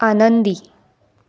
आनंदी